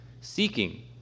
seeking